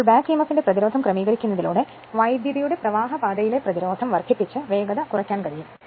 അതിനാൽ back Emf ന്റെ പ്രതിരോധം ക്രമീകരിക്കുന്നതിലൂടെ വൈദ്യുതിയുടെ പ്രവാഹപാതയിലെ പ്രതിരോധം വർദ്ധിപ്പിച്ച് വേഗത കുറയ്ക്കാൻ കഴിയും